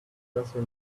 professor